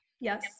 Yes